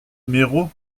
méraud